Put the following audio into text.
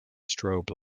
strobe